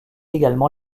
également